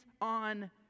on